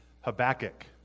Habakkuk